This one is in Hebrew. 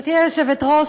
גברתי היושבת-ראש,